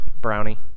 Brownie